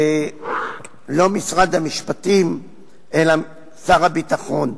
לא משרד המשפטים אלא שר הביטחון,